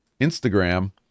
Instagram